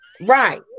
Right